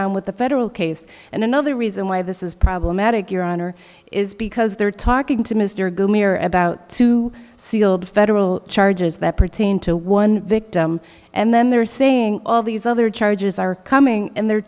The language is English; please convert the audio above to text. on with the federal case and another reason why this is problematic your honor is because they're talking to mr gould we're about to seal the federal charges that pertain to one victim and then they're saying all these other charges are coming and they're